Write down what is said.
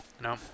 No